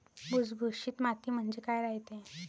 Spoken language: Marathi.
भुसभुशीत माती म्हणजे काय रायते?